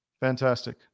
Fantastic